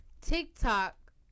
TikTok